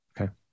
Okay